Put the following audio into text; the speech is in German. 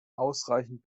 ausreichend